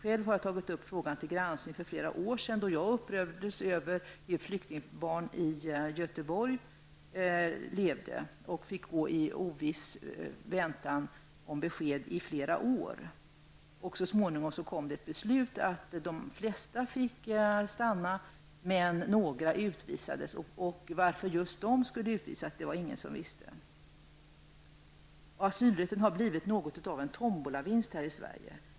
Jag har själv tagit upp frågan till granskning för flera år sedan, då jag upprördes över hur flyktingbarn i Göteborg levde. De fick gå i oviss väntan på besked i flera år. Så småningom kom ett beslut att de flesta fick stanna. Några utvisades. Varför just de skulle utvisas var det ingen som visste. Asylrätten har blivit något av en tombolavinst här i Sverige.